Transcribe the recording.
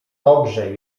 dobrze